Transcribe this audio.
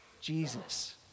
Jesus